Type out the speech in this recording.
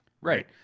Right